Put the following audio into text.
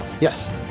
yes